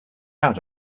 out